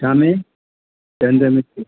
छा में कंध में सूर